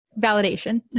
validation